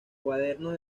cuadernos